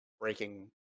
breaking